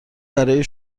برای